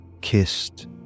kissed